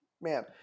Man